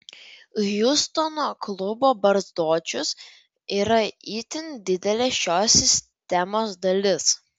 hjustono klubo barzdočius yra itin didelė šios sistemos dalis